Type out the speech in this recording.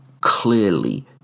clearly